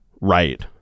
Right